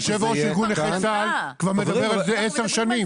יושב ראש ארגון נכי צה"ל כבר מדבר על זה עשר שנים.